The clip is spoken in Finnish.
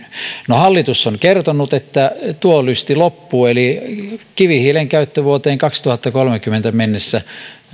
hallitus on kertonut että tuo lysti loppuu eli kivihiilen käyttö lopetetaan vuoteen kaksituhattakolmekymmentä mennessä